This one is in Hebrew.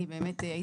אני באמת הייתי,